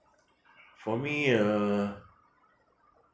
for me uh